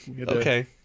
Okay